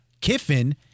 Kiffin